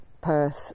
Perth